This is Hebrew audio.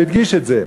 הוא הדגיש את זה.